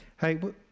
Hey